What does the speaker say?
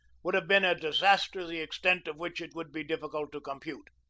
would have been a disaster the extent of which it would be difficult to compute.